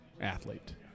athlete